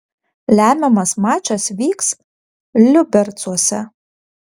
lemiamas mačas vyks liubercuose